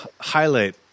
highlight